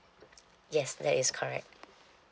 yes that is correct